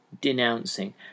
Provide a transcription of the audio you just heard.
denouncing